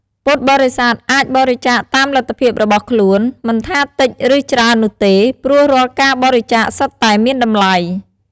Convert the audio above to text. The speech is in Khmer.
ពុទ្ធបរិស័ទអាចបរិច្ចាគតាមលទ្ធភាពរបស់ខ្លួន មិនថាតិចឬច្រើននោះទេ ព្រោះរាល់ការបរិច្ចាគសុទ្ធតែមានតម្លៃ។